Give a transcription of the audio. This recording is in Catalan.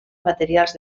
materials